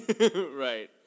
Right